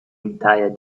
entire